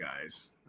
guys